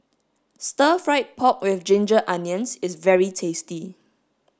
stir fried pork with ginger onions is very tasty